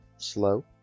slow